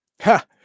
Ha